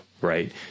right